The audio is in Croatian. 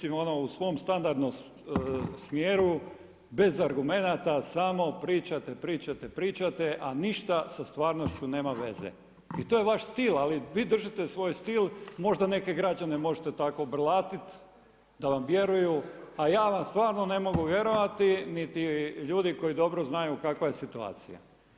Kolega Borić, mislim ono u svom standardnom smjeru bez argumenata, samo pričate, pričate, pričate a ništa sa stvarnošću nema veze i to je vaš stil ali vi držite svoj stil, možda neke građane možete tako obrlatiti da vam vjeruju a ja vam stvarno ne mogu vjerovati niti ljudi koji dobro znaju kakva je situacija.